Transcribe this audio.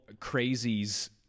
crazies